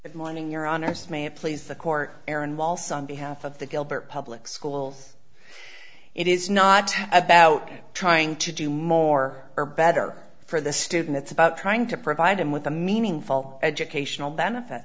it's morning your honor may it please the court aaron waltz on behalf of the gilbert public school it is not about trying to do more or better for the student it's about trying to provide him with a meaningful educational benefit